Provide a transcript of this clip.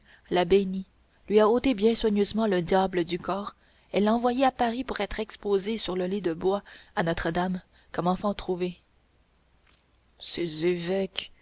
l'a béni lui a ôté bien soigneusement le diable du corps et l'a envoyé à paris pour être exposé sur le lit de bois à notre-dame comme enfant trouvé ces évêques